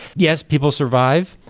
yes, people survive,